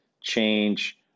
change